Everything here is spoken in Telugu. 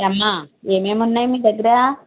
ఎవమ్మా ఏమేమి ఉన్నాయి మీ దగ్గర